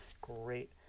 great